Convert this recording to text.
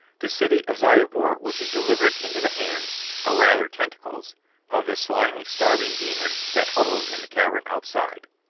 the city of zyobor would be delivered into the hands or, rather, tentacles of the slimy, starving demons that huddled in the cavern outside!